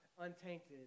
untainted